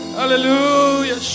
hallelujah